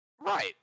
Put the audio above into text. Right